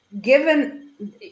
given